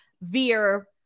veer